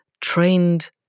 trained